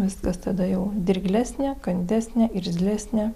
viskas tada jau dirglesnė kandesnė irzlesnė